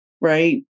right